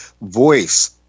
voice